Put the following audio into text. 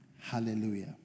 Hallelujah